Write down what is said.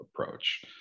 approach